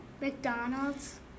McDonald's